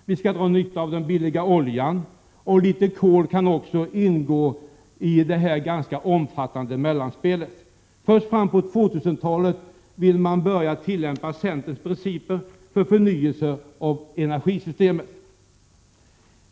att man skall dra ”nytta” av den billiga oljan. Även litet kol kan ingå i detta ganska omfattande mellanspel. Först fram på 2000-talet vill man börja tillämpa centerns principer för förnyelse av energisystemet.